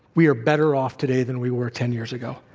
we are better off today than we were ten years ago.